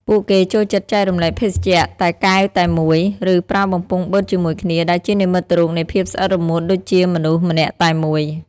ពួកគេចូលចិត្តចែករំលែកភេសជ្ជៈតែកែវតែមួយ ឬប្រើបំពង់បឺតជាមួយគ្នា ដែលជានិមិត្តរូបនៃភាពស្អិតរមួតដូចជាមនុស្សម្នាក់តែមួយ។